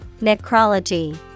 Necrology